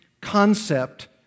concept